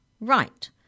Right